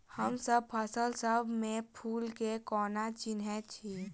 हमसब फसल सब मे फूल केँ कोना चिन्है छी?